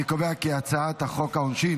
אני קובע כי הצעת חוק העונשין